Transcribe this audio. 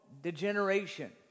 degeneration